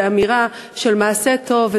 ואמירה של מעשה טוב,